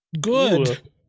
Good